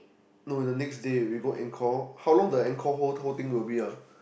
no the next day we go Angkor how long the Angkor whole whole thing will be ah